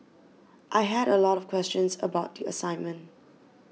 I had a lot of questions about the assignment